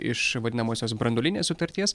iš vadinamosios branduolinės sutarties